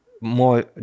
more